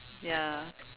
ya